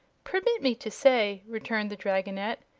permit me to say, returned the dragonette,